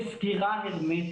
אני רק נותן את הנתונים כהווייתם,